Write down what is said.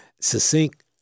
succinct